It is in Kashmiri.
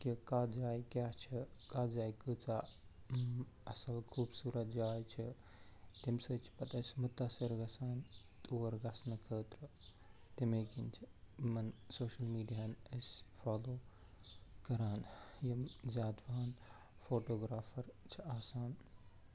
تہِ کَتھ جایہِ کیٛاہ چھِ کَتھ جایہِ کیۭژاہ اَصٕل خوٗبصوٗرَت جاے چھِ تٔمۍ سۭتۍ چھِ پتہٕ أسۍ مُتٲثِر گژھان تور گژھنہٕ خٲطرٕ تٔمی کِنۍ چھِ یِمَن سوشَل میٖڈِیاہَن أسۍ فالَو کران یِم زیادٕ پہَن فوٹوٗگرافَر چھِ آسان